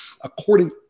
According